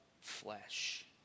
flesh